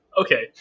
Okay